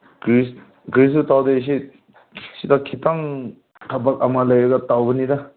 ꯀꯔꯤ ꯀꯔꯤꯁꯨ ꯇꯧꯗꯦꯁꯤ ꯁꯤꯗ ꯈꯤꯇꯪ ꯊꯕꯛ ꯑꯃ ꯂꯩꯔꯒ ꯇꯧꯕꯅꯤꯗ